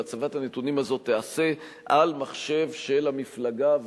והצלבת הנתונים הזאת תיעשה על מחשב של המפלגה,